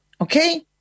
okay